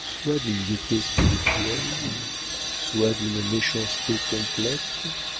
soit d'une gaieté spirituelle soit d'une méchanceté complète